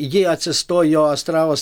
ji atsistojo astravas